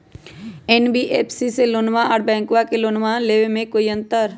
NBFC से लोनमा आर बैंकबा से लोनमा ले बे में कोइ अंतर?